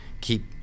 keep